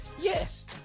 Yes